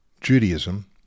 Judaism